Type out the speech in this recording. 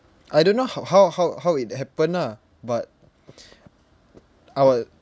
I don't know how how how how it happened ah but I will